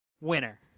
winner